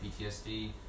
PTSD